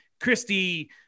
Christy